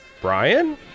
Brian